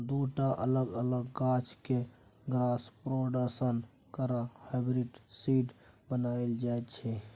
दु टा अलग अलग गाछ केँ क्रॉस प्रोडक्शन करा हाइब्रिड सीड बनाएल जाइ छै